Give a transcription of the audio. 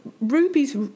Ruby's